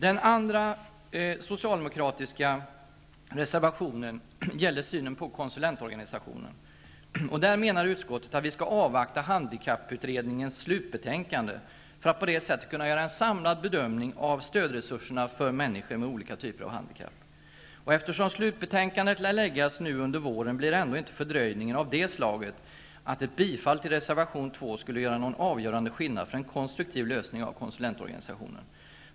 Den andra socialdemokratiska reservationen gäller synen på konsulentorganisationen. Utskottet menar att vi skall avvakta handikapputredningens slutbetänkande för att på det sättet kunna göra en samlad bedömning av stödresurserna för människor med olika typer av handikapp. Eftersom slutbetänkandet lär läggas fram under våren blir det ändå inte fördröjningar av det slaget att ett bifall till reservatin 2 skulle göra någon avgörande skillnad för en konstruktiv lösning av konsulentorganisationen.